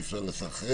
אי אפשר לסנכרן,